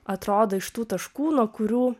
atrodo iš tų taškų nuo kurių